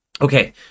Okay